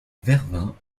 vervins